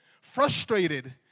frustrated